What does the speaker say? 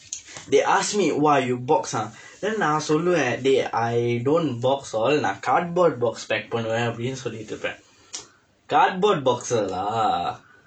they ask me !wah! you box ah then நான் சொல்லுவேன்:naan solluveen dey I don't box all நான்:naan cardboard box pack பண்ணுவேன் அப்படினு சொல்லிட்டு இருப்பேன்:pannuveen appadinu sollitdu iruppeen cardboard boxer lah